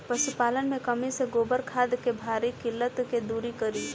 पशुपालन मे कमी से गोबर खाद के भारी किल्लत के दुरी करी?